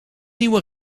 nieuwe